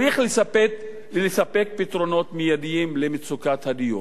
צריך לספק פתרונות מיידיים למצוקת הדיור.